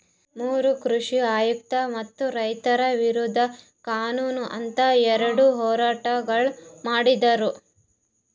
ಮೂರು ಕೃಷಿ ಕಾಯ್ದೆ ಮತ್ತ ರೈತ ವಿರೋಧಿ ಕಾನೂನು ಅಂತ್ ಎರಡ ಹೋರಾಟಗೊಳ್ ಮಾಡಿದ್ದರು